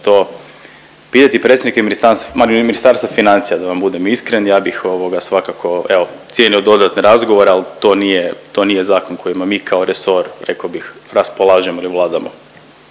to pitati predstavnike Ministarstva financija da vam budem iskren. Ja bih svakako evo cijenio dodatne razgovore, ali to nije zakon kojima mi kao resor rekao bih raspolažemo ili vladamo.